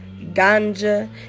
ganja